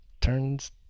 turns